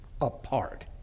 apart